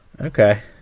Okay